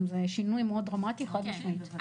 זה שינוי מאוד דרמטי חד משמעית.